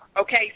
okay